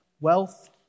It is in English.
wealth